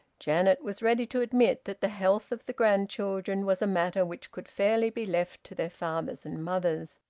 janet was ready to admit that the health of the grandchildren was a matter which could fairly be left to their fathers and mothers,